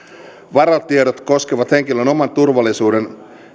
varotiedot koskevat henkilön oman turvallisuuden